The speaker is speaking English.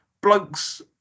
blokes